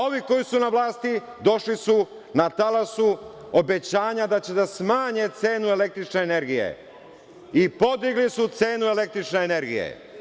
Ovi koji su na vlasti, došli su na talasu obećanja da će da smanje cenu električne energije i podigli su cenu električne energije.